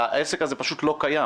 העסק הזה פשוט לא קיים